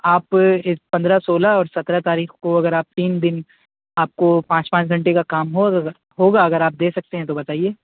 آپ اس پندرہ سولہ اور سترہ تاریخ کو اگر آپ تین دن آپ کو پانچ پانچ گھنٹے کا کام ہوگا اگر آپ دے سکتے ہیں تو بتائیے